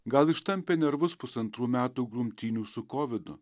gal ištampė nervus pusantrų metų grumtynių su kovidu